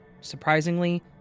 surprisingly